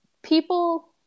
people